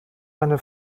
eine